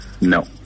No